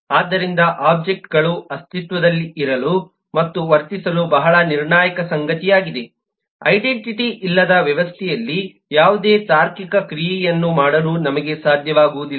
ಆದ್ದರಿಂದ ಒಬ್ಜೆಕ್ಟ್ಗಳು ಅಸ್ತಿತ್ವದಲ್ಲಿರಲು ಮತ್ತು ವರ್ತಿಸಲು ಬಹಳ ನಿರ್ಣಾಯಕ ಸಂಗತಿಯಾಗಿದೆ ಐಡೆಂಟಿಟಿ ಇಲ್ಲದೆ ವ್ಯವಸ್ಥೆಯಲ್ಲಿ ಯಾವುದೇ ತಾರ್ಕಿಕ ಕ್ರಿಯೆಯನ್ನು ಮಾಡಲು ನಮಗೆ ಸಾಧ್ಯವಾಗುವುದಿಲ್ಲ